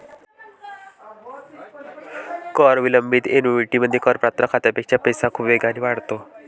कर विलंबित ऍन्युइटीमध्ये, करपात्र खात्यापेक्षा पैसा खूप वेगाने वाढतो